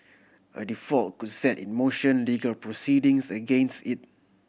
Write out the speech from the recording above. a default could set in motion legal proceedings against it